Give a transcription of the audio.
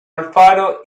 alfaro